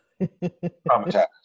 traumatized